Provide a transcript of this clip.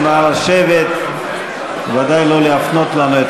הם הונחו בפני הכנסת ואנחנו פועלים כמובן על-פיהם.